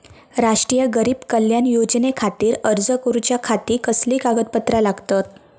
राष्ट्रीय गरीब कल्याण योजनेखातीर अर्ज करूच्या खाती कसली कागदपत्रा लागतत?